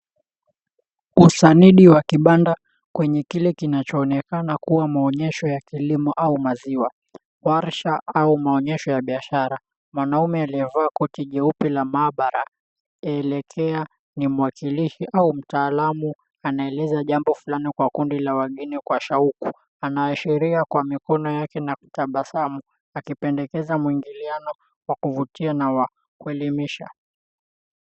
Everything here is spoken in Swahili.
Usanidi wa kibanda kwenye kile kinachoonekana kuwa maonyesho ya kilimo au maziwa ,warsha au maonyesho ya biashara. Mwanaume aliyevaa koti jeupe la maabara yaekea ni mwakilishi au mtaalamu anaeleza jambo fulani kwa kundi la wageni kwa shauku. Anaashiria kwa mikono yake na kutabasamu akipendekeza mwingiliano wa kuvutia na wa kuelimisha.